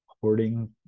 hoarding